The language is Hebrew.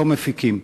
לא מפיקים.